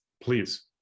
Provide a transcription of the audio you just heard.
please